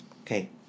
Okay